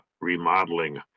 remodeling